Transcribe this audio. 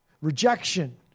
rejection